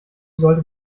sollte